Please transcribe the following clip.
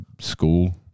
school